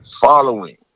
following